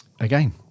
again